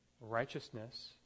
righteousness